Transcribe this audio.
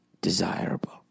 Desirable